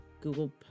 Google